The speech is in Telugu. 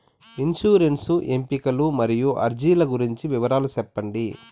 ఇన్సూరెన్సు ఎంపికలు మరియు అర్జీల గురించి వివరాలు సెప్పండి